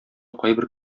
кайбер